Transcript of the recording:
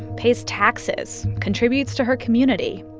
pays taxes, contributes to her community.